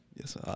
Yes